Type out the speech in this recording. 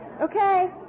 Okay